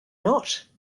not